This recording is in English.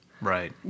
Right